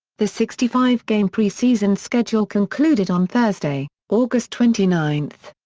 the sixty five game preseason schedule concluded on thursday, august twenty nine.